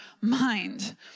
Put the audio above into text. mind